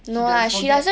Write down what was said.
she does forget